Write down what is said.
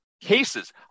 Cases